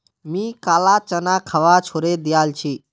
मी काला चना खवा छोड़े दिया छी